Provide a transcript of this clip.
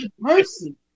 person